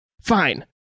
Fine